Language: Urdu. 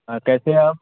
ہاں کیسے ہیں آپ